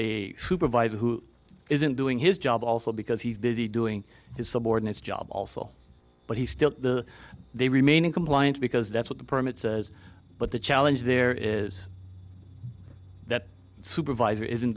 a supervisor who isn't doing his job also because he's busy doing his subordinates job also but he still they remain in compliance because that's what the permit says but the challenge there is that supervisor isn't